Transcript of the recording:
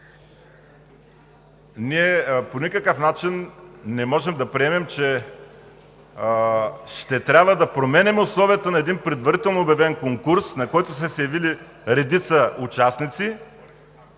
ние по никакъв начин не можем да приемем, че ще трябва да променяме условията на един предварително обявен конкурс, на който са се явили редица участници